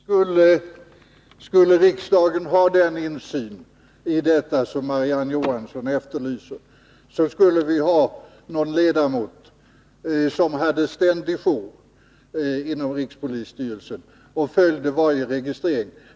Herr talman! Skulle riksdagen ha den insyn som Marie-Ann Johansson efterlyser, skulle vi ha någon ledamot som hade ständig jour inom rikspolisstyrelsen och följde varje registrering.